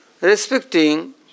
respecting